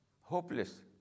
hopeless